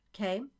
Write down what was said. Okay